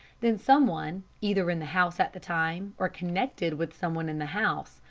then someone, either in the house at the time, or connected with someone in the house,